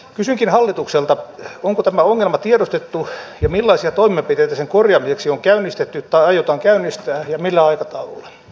kysynkin hallitukselta onko tämä ongelma tiedostettu ja millaisia toimenpiteitä sen korjaamiseksi on käynnistetty tai aiotaan käynnistää ja millä aikataululla